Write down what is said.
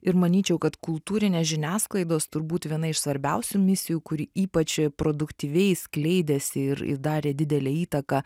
ir manyčiau kad kultūrinės žiniasklaidos turbūt viena iš svarbiausių misijų kuri ypač produktyviai skleidėsi ir ir darė didelę įtaką